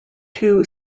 two